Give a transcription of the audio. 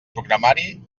programari